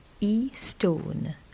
eStone